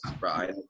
right